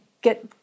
get